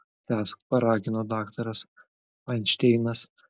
tęsk paragino daktaras fainšteinas